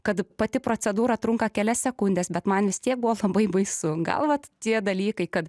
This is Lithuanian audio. kad pati procedūra trunka kelias sekundes bet man vis tiek buvo labai baisu gal vat tie dalykai kad